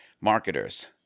marketers